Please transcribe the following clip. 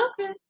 Okay